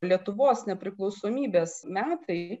lietuvos nepriklausomybės metai